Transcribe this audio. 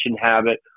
habit